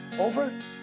over